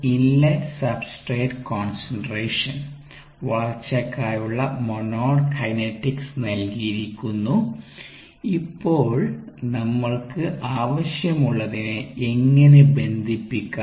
inlet substrate concentration വളർച്ചയ്ക്കായുള്ള Monod kinetic നൽകിയിരിക്കുന്നു ഇപ്പോൾനമ്മൾക്ക് ആവശ്യമുള്ളതിനെ എങ്ങനെ ബന്ധിപ്പിക്കാം